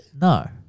No